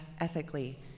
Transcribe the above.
ethically